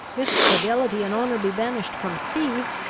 if fidelity and honour be banished from thieves,